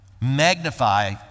magnify